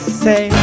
say